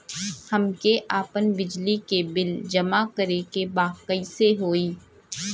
हमके आपन बिजली के बिल जमा करे के बा कैसे होई?